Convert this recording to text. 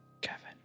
Kevin